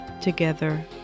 together